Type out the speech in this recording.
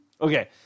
Okay